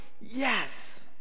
yes